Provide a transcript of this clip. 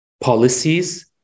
policies